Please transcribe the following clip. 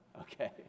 okay